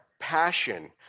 passion